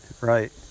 Right